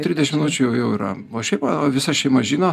tridešim minučių jau jau yra o šiaip va visa šeima žino